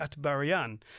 Atbarian